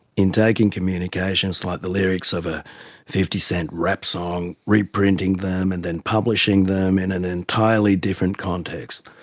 in taking communications like the lyrics of a fifty cent rap song, reprinting them and then publishing them in an entirely different context,